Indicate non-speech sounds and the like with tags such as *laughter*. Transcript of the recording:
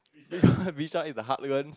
*laughs* Bishan is the heartland